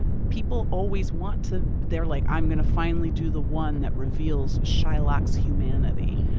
people always want to they're, like, i'm going to finally do the one that reveals shylock's humanity.